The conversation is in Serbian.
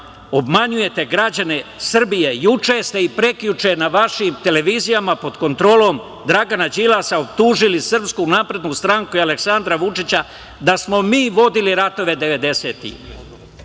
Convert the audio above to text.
obmanjujete građane Srbije. Juče ste i prekjuče na vašim televizijama pod kontrolom Dragana Đilasa optužili SNS i Aleksandra Vučića da smo mi vodili ratove